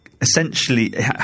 essentially –